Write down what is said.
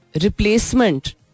replacement